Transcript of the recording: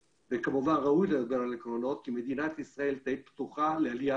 וכמובן ראוי על עקרונות כי מדינת ישראל די פתוחה לעלייה